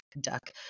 duck